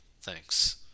Thanks